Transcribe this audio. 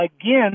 again